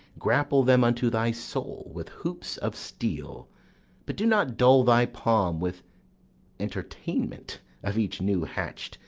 grapple them unto thy soul with hoops of steel but do not dull thy palm with entertainment of each new-hatch'd,